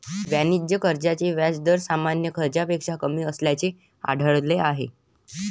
वाणिज्य कर्जाचे व्याज दर सामान्य कर्जापेक्षा कमी असल्याचे आढळले आहे